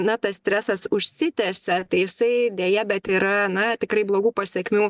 na tas stresas užsitęsia tai jisai deja bet yra na tikrai blogų pasekmių